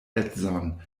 edzon